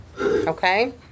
Okay